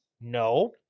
No